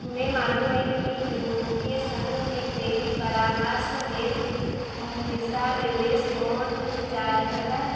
तुम्हें मालूम है कि यूरोपीय संघ में क्रेडिट परामर्श हेतु दिशानिर्देश कौन जारी करता है?